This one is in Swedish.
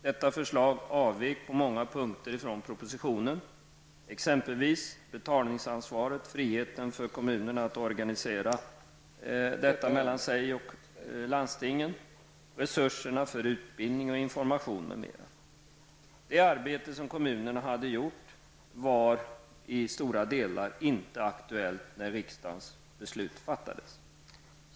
Detta förslag avvek på många punkter från propositionen, exempelvis i fråga om betalningsansvaret, friheten för kommunerna att organisera detta mellan sig och landstingen, resurserna för utbildning och information, m.m. Det arbete som kommunerna hade gjort var i stora delar inte aktuellt när riksdagens beslut fattades.